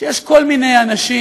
שיש כל מיני אנשים,